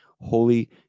Holy